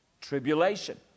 Tribulation